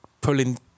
pulling